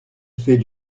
fait